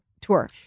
tour